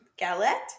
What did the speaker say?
Galette